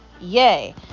Yay